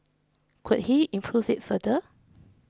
could he improve it further